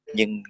Nhưng